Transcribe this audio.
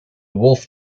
wolf